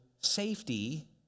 safety